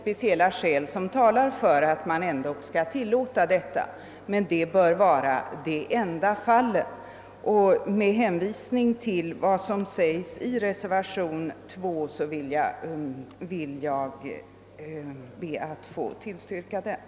Detta bör dock vara de enda fall där utmätning skall kunna tillåtas: Med hänvisning till vad som anförs i reservationen 2 ber jag att få yrka bifall till denna.